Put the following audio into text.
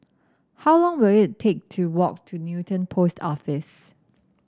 how long will it take to walk to Newton Post Office